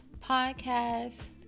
podcast